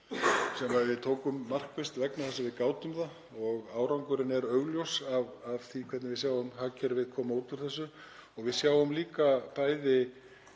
sem við gerðum markvisst vegna þess að við gátum það. Árangurinn er augljós af því hvernig við sjáum hagkerfið koma út úr þessu. Við sjáum líka bæði